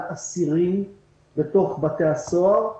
לאסירים בתוך בתי הסוהר.